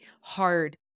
hard